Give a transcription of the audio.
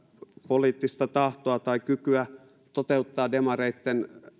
poliittista tahtoa tai kykyä toteuttaa demareitten